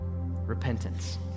Repentance